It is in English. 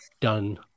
done